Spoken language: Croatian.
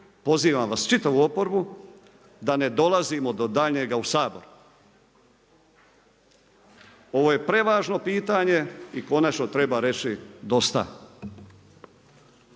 pozivam čitavu oporbu, da ne dolazimo do daljnjega u Sabor. Ovo je prevažno pitanje i konačno treba reći dosta.